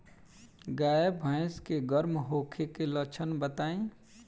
गाय भैंस के गर्म होखे के लक्षण बताई?